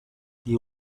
you